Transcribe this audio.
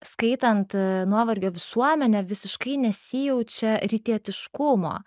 skaitant a nuovargio visuomenę visiškai nesijaučia rytiešiškumo